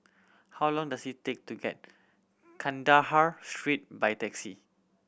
how long does it take to get Kandahar Street by taxi